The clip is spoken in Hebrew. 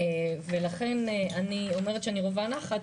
ולכן אני אומרת שאני רווה נחת,